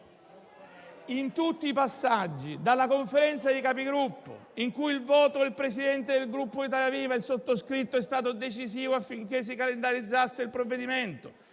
In tutti i passaggi, dalla Conferenza dei Capigruppo, in cui il voto del Presidente del Gruppo Italia Viva (il sottoscritto) è stato decisivo affinché si calendarizzasse il provvedimento,